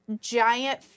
giant